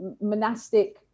monastic